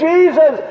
Jesus